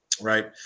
Right